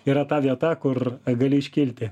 yra ta vieta kur gali iškilti